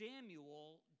Samuel